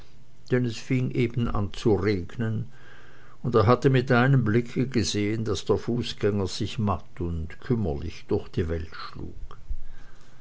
es fing eben an zu regnen und er hatte mit einem blicke gesehen daß der fußgänger sich matt und kümmerlich durch die welt schlug